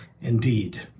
Indeed